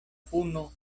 puno